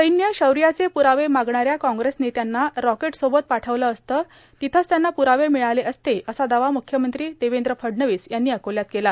सैन्य शौर्याचे प्रावे मागणाऱ्या काँग्रेस नेत्यांना रॉकेट सोबत पाठविले असते तिथेच त्यांना प्रावे मिळाले असते असा दावा म्ख्यमंत्री देवेंद्र फडणवीस यांनी अकोल्यात केला